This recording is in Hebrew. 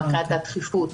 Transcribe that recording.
גם מבחינת הדחיפות,